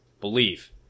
Believe